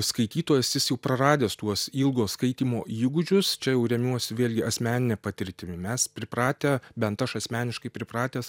skaitytojas jis jau praradęs tuos ilgo skaitymo įgūdžius čia jau remiuosi vėlgi asmenine patirtimi mes pripratę bent aš asmeniškai pripratęs